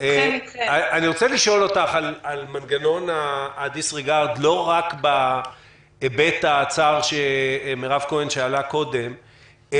לשאול אותך על מנגנון ה-disregard לא רק בהיבט הצר שמירב כהן שאלה קודם,